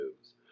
moves